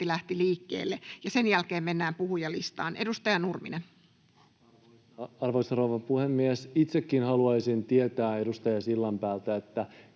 lähti liikkeelle. Ja sen jälkeen mennään puhujalistaan. — Edustaja Nurminen. Arvoisa rouva puhemies! Itsekin haluaisin tietää edustaja Sillanpäältä, ketkä